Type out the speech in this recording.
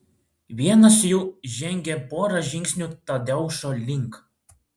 vienas jų žengė porą žingsnių tadeušo link